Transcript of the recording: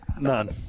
None